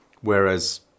Whereas